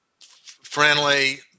friendly